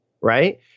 Right